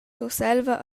surselva